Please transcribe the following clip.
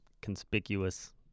conspicuous